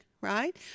right